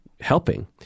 helping